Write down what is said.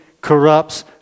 corrupts